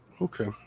Okay